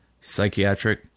psychiatric